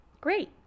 Great